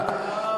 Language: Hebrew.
נא לסיים.